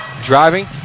Driving